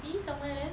maybe somewhere there